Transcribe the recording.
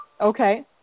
Okay